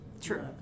True